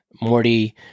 morty